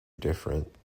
different